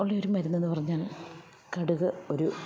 ഉള്ള ഒരു മരുന്ന് എന്ന് പറഞ്ഞാൽ കടുക് ഒരു